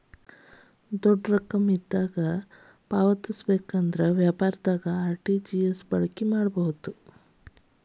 ದೊಡ್ಡ ಮೊತ್ತವನ್ನು ಆಗಿಂದಾಗ ಪಾವತಿಸಲಿಕ್ಕೆ ವ್ಯಾಪಾರದಿಂದ ಆರ್.ಟಿ.ಜಿ.ಎಸ್ ಅನ್ನ ಬಳಕೆ ಮಾಡಬಹುದು